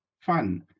fun